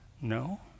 No